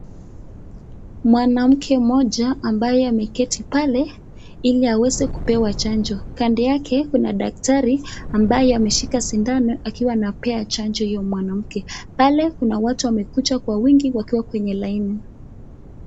Mwanamke mmoja ambaye ameketi pale ili aweze kupewa chanjo. kando yake kuna daktari ambaye ameshika sindano akiwa anapea chanjo huyo mwanamke. Pale kuna watu wamekuja kwa wingi wakiwa kwa laini.